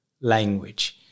language